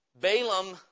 Balaam